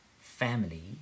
family